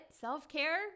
self-care